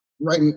right